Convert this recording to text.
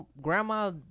grandma